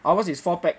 ours is four peg